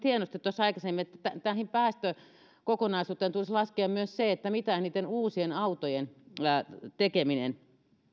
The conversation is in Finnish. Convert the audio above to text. hienosti tuossa aikaisemmin että tähän päästökokonaisuuteen tulisi laskea myös se mitä niitten uusien autojen tekeminen